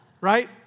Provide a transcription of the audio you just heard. right